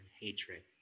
hatred